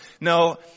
No